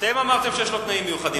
אתם אמרתם שיש לו תנאים מיוחדים.